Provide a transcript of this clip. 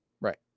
Right